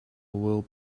will